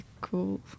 cool